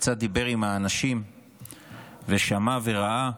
וקצת דיבר עם האנשים ושמע וראה,